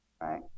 right